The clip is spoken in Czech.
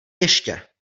ještě